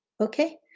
Okay